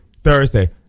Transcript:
Thursday